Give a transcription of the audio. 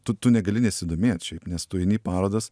tu tu negali nesidomėt šiaip nes tu eini į parodas